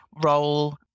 role